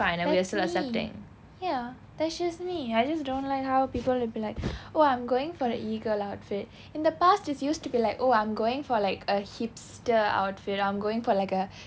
that's me ya that's just me I just don't like how people will be like oh I'm going for the E girl outfit in the past it used to be like oh I'm going for like a hipster outfit I'm going for like a